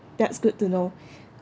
that's good to know